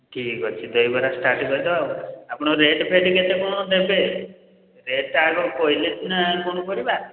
ଠିକ୍ ଅଛି ଦହିବରା ଷ୍ଟାର୍ଟ୍ କରିଦେବା ଆଉ ଆପଣ ରେଟ୍ ଫେଟ୍ କେତେ କ'ଣ ଦେବେ ରେଟଟା ଆଗ କହିଲେ ସିନା କ'ଣ କରିବା